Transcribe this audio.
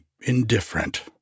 indifferent